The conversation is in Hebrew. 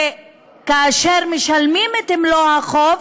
וכאשר משלמים את מלוא החוב,